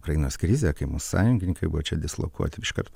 ukrainos krizė kai mūsų sąjungininkai buvo čia dislokuoti iškart